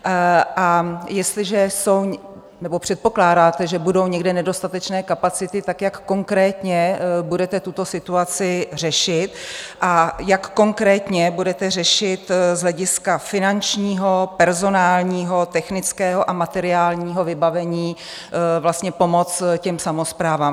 A jestliže jsou, nebo předpokládáte, že budou někde nedostatečné kapacity, tak jak konkrétně budete tuto situaci řešit a jak konkrétně budete řešit z hlediska finančního, personálního, technického a materiálního vybavení pomoc těm samosprávám.